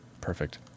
perfect